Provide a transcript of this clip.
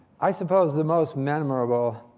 i suppose the most memorable